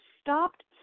stopped